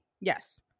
Yes